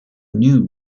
new